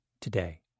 today